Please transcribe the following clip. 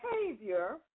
behavior